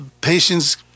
patients